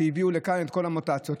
שהביאו לכאן את כל המוטציות.